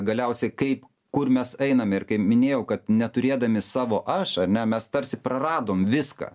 galiausiai kaip kur mes einame ir kaip minėjau kad neturėdami savo aš ane mes tarsi praradom viską